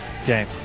Okay